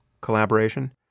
collaboration